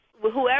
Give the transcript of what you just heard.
Whoever